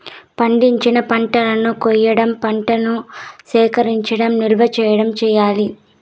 పండించిన పంటలను కొయ్యడం, పంటను సేకరించడం, నిల్వ చేయడం చెయ్యాలి